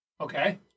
Okay